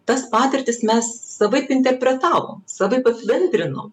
tas patirtis mes savaip interpretavom savaip apibendrinom